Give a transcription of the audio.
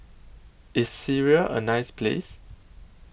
IS Syria A nice Place